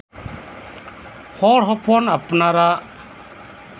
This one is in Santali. ᱦᱚᱲ ᱦᱚᱯᱚᱱ ᱟᱯᱱᱟᱨᱟᱜ